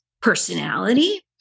personality